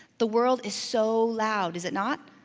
the world is so loud, is it not?